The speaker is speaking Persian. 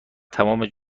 تمام